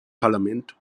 parlament